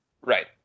Right